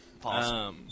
Pause